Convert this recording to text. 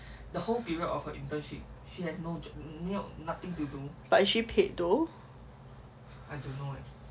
but is she paid though